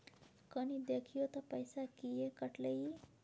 कनी देखियौ त पैसा किये कटले इ?